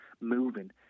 moving